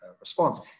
response